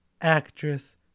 actress